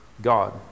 God